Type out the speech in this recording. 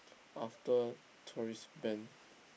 after tourist ban